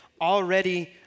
already